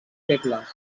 febles